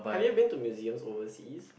have you been to museum overseas